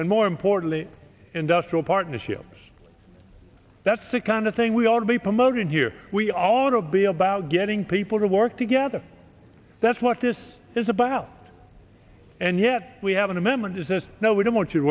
and more importantly industrial partnerships that's the kind of thing we ought to be promoted here we all to be about getting people to work together that's what this is about and yet we have an amendment that says no we don't want